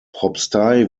propstei